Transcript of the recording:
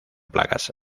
plagas